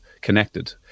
connected